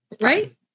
right